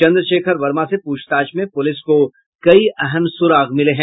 चंद्रशेखर वर्मा से पूछताछ में पुलिस को कई अहम सुराग मिले हैं